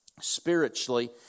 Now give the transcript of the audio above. spiritually